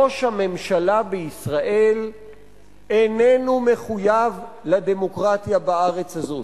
ראש הממשלה בישראל איננו מחויב לדמוקרטיה בארץ הזאת,